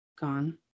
gone